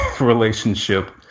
relationship